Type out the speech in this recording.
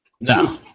No